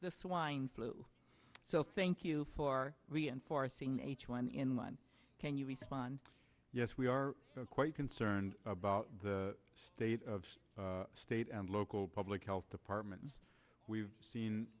the swine flu so thank you for reinforcing h one n one can you respond yes we are quite concerned about the state of the state and local public health departments we've seen